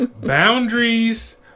Boundaries